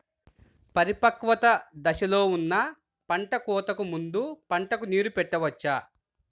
పరిపక్వత దశలో ఉన్న పంట కోతకు ముందు పంటకు నీరు పెట్టవచ్చా?